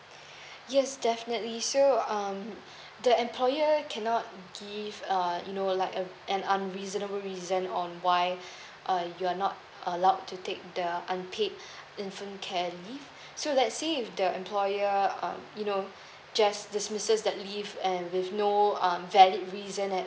yes definitely so um the employer cannot give um you know like uh an unreasonable reason on why uh you're not allowed to take the unpaid infant care leave so let's say if the employer um you know just dismisses that leave and with no um valid reason at all